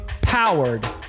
powered